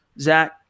Zach